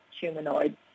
humanoid